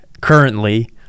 Currently